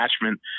attachment